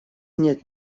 нет